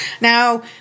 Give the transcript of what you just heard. Now